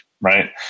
Right